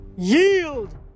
Yield